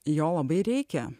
jo labai reikia